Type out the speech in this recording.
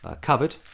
covered